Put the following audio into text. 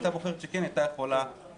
אם היא הייתה בוחרת שכן היא הייתה יכולה להתמודד.